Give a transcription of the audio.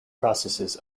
processes